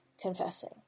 confessing